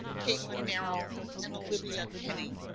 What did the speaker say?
caitlin merrell and olivia penny.